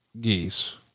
geese